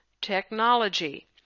technology